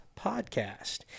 podcast